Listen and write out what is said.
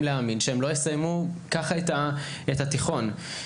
להאמין שכך הם יסיימו את בית הספר התיכון.